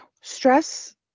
Stress